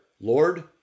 Lord